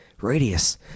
Radius